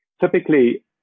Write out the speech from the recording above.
Typically